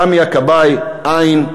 סמי הכבאי, אין.